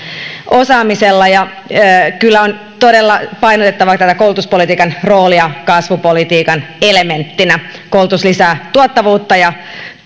osaamisella kyllä on todella painotettava tätä koulutuspolitiikan roolia kasvupolitiikan elementtinä koulutus lisää tuottavuutta ja